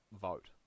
vote